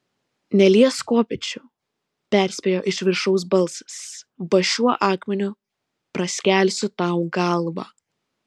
neliesk kopėčių perspėjo iš viršaus balsas ba šiuo akmeniu praskelsiu tau galvą